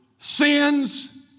Sins